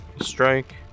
Strike